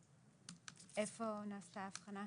איפה נעשתה האבחנה?